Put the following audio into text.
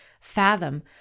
fathom